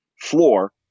floor